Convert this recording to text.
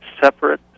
separate